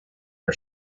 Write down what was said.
her